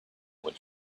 what